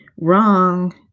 wrong